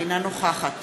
אינה נוכחת